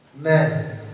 Men